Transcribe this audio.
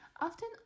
often